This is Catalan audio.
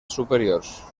superiors